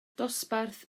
dosbarth